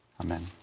Amen